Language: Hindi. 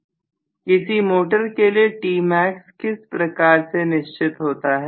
छात्र किसी मोटर के लिए Tmax किस प्रकार से निश्चित होता है